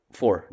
four